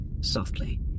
softly